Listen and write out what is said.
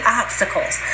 obstacles